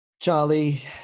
charlie